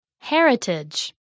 Heritage